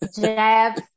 Jeff